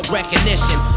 recognition